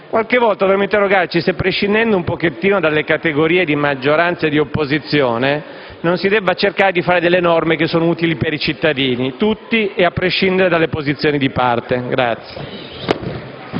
Qualche volta dobbiamo interrogarci se, prescindendo un po' dalle categorie di maggioranza e opposizione, non si debba cercare di fare norme utili per i cittadini, tutti, e a prescindere dalle posizioni di parte.